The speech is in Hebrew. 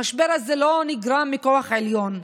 המשבר הזה לא נגרם מכוח עליון,